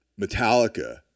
Metallica